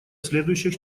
следующих